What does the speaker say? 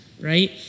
right